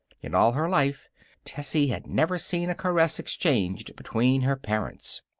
in all her life tessie had never seen a caress exchanged between her parents.